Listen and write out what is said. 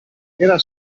era